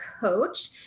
coach